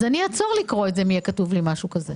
אני אעצור לקרוא את זה אם יהיה כתוב לי משהו כזה.